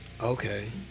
okay